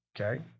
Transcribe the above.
okay